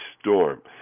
storm